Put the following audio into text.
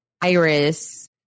Iris